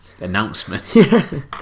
announcement